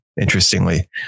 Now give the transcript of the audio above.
Interestingly